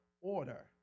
order